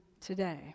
today